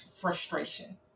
frustration